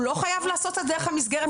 הוא לא חייב לעשות את זה דרך המסגרת החינוכית.